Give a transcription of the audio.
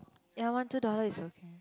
ya one two dollar is okay